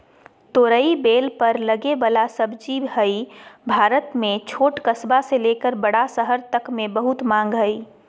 तोरई बेल पर लगे वला सब्जी हई, भारत में छोट कस्बा से लेकर बड़ा शहर तक मे बहुत मांग हई